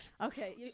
okay